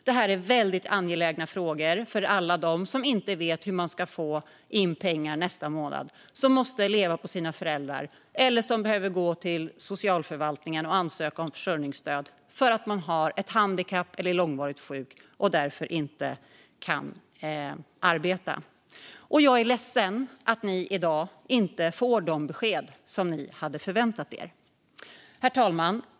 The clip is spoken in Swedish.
Det här är angelägna frågor för alla dem som inte vet hur de ska få in pengar nästa månad, som måste leva på sina föräldrar eller behöver gå till socialförvaltningen och ansöka om försörjningsstöd därför att de har ett handikapp eller är långvarigt sjuka och därför inte kan arbeta. Jag är ledsen att ni i dag inte får de besked ni har förväntat er. Herr talman!